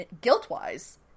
guilt-wise